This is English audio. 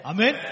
Amen